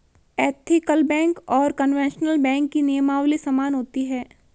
ethical bank और conventional bank की नियमावली समान होती है